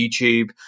YouTube